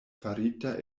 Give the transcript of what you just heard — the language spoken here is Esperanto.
farita